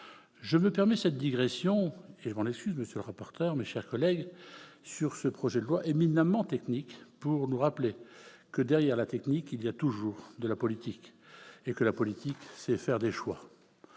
Je me permets cette digression- je m'en excuse, monsieur le rapporteur, mes chers collègues -sur ce projet de loi éminemment technique, afin de rappeler que, derrière la technique, il y a toujours de la politique, et que la politique consiste à faire des choix.